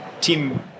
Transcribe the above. team